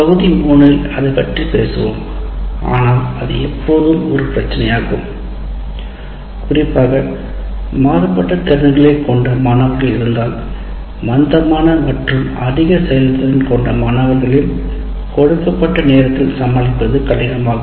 தொகுதி 3 இல் அதைப்பற்றி பேசுவோம் ஆனால் அது எப்போதும் ஒரு பிரச்சினையாகும் குறிப்பாக மாறுபட்ட திறன்களைக் கொண்ட மாணவர்கள் இருந்தால் மந்தமான மற்றும் அதிக செயல்திறன் கொண்ட மாணவர்களையும் கொடுக்கப்பட்ட நேரத்தில் சமாளிப்பது கடினமாகும்